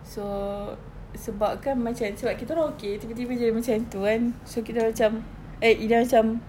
so sebab kan macam sebab kita orang okay tiba-tiba saja macam itu kan so kita macam eh ida macam